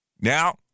Now